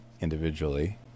individually